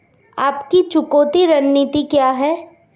आपकी चुकौती रणनीति क्या है?